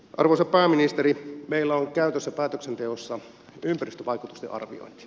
arvoisa pääministeri meillä on käytössä päätöksenteossa ympäristövaikutusten arviointi